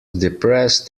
depressed